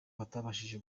batabashije